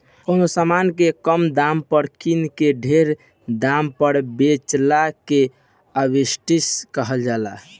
कवनो समान के कम दाम पर किन के ढेर दाम पर बेचला के आर्ब्रिट्रेज कहाला